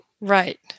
Right